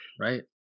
Right